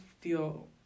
feel